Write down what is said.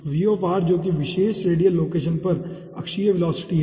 तो जोकि विशेष रेडियल लोकेशन पर अक्षीय वेलोसिटी है